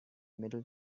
middle